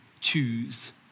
choose